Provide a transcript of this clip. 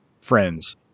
friends